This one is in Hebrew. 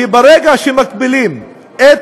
כי ברגע שמגבילים את